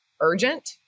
urgent